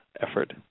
effort